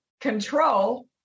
control